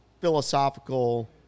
philosophical –